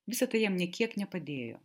visa tai jam nė kiek nepadėjo